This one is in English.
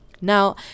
Now